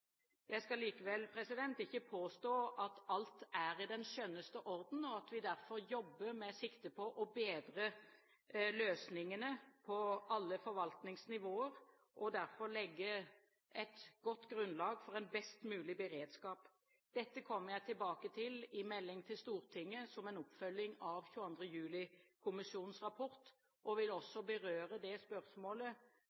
Jeg skal likevel ikke påstå at alt er i den skjønneste orden. Vi jobber derfor med sikte på å bedre løsningene på alle forvaltningsnivåer og således legge et godt grunnlag for en best mulig beredskap. Dette kommer jeg tilbake til i melding til Stortinget som en oppfølging av 22. juli-kommisjonens rapport og vil